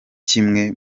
kimwe